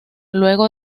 luego